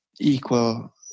equal